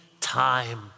time